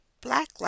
black